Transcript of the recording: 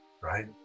right